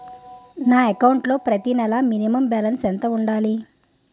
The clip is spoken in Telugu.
నా అకౌంట్ లో ప్రతి నెల మినిమం బాలన్స్ ఎంత ఉండాలి?